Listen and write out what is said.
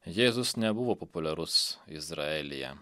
jėzus nebuvo populiarus izraelyje